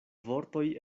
vortoj